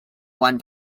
one